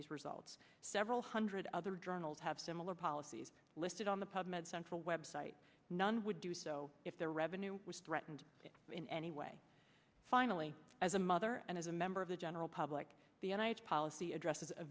these results several hundred other journals have similar policies listed on the pub med central website none would do so if their revenue was threatened in any way finally as a mother and as a member of the general public the united policy addresses a